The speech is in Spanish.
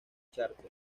chárter